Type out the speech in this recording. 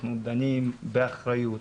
אנחנו דנים באחריות,